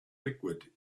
liquid